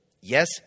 Yes